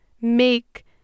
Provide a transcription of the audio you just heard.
make